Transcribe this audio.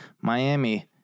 Miami